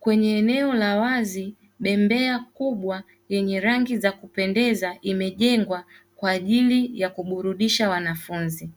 Kwenye eneo la wazi bembea kubwa yenye rangi za kupendeza imejengwa kwa ajili ya kuburudisha wanafunzi.